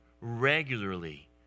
regularly